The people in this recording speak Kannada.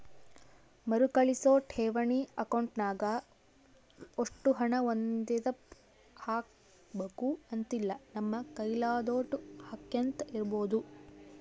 ಮರುಕಳಿಸೋ ಠೇವಣಿ ಅಕೌಂಟ್ನಾಗ ಒಷ್ಟು ಹಣ ಒಂದೇದಪ್ಪ ಹಾಕ್ಬಕು ಅಂತಿಲ್ಲ, ನಮ್ ಕೈಲಾದೋಟು ಹಾಕ್ಯಂತ ಇರ್ಬೋದು